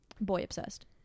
boy-obsessed